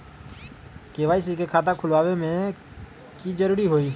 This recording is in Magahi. के.वाई.सी के खाता खुलवा में की जरूरी होई?